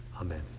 Amen